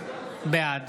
בעד